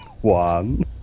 One